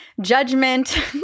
judgment